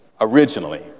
originally